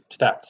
stats